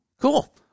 Cool